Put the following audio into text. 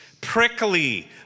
prickly